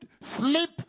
sleep